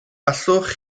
allwch